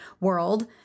world